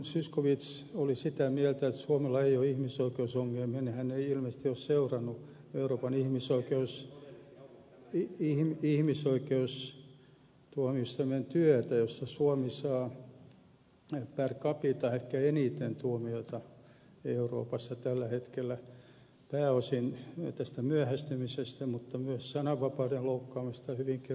zyskowicz oli sitä mieltä että suomella ei ole ihmisoikeusongelmia niin hän ei ilmeisesti ole seurannut euroopan ihmisoikeustuomioistuimen työtä jossa suomi saa per capita ehkä eniten tuomioita euroopassa tällä hetkellä pääosin tästä myöhästymisestä mutta myös sananvapauden loukkaamisesta hyvinkin rajusti